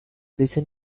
listen